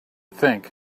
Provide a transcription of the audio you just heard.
think